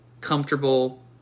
comfortable